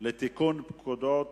לתיקון פקודת